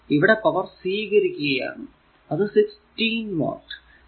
ഇവിടെ പവർ സ്വീകരിക്കുകയാണ് അത് 16 വാട്ട്